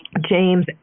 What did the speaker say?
James